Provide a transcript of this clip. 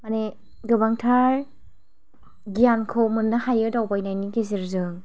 माने गोबांथार गियानखौ मोननो हायो दावबायनायनि गेजेरजों